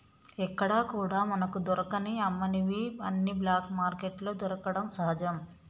ఎక్కడా కూడా మనకు దొరకని అమ్మనివి అన్ని బ్లాక్ మార్కెట్లో దొరకడం సహజం